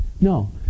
No